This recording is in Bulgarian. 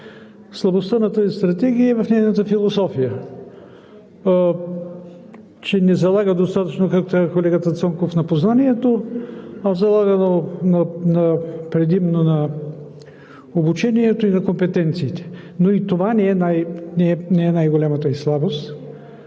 Слабостта на тази стратегия е в нейната философия, че не залага достатъчно, както колегата Цонков каза, на познанието, а залага предимно на обучението и компетенциите. И това обаче не е най голямата ѝ слабост.